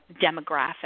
demographic